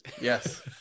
yes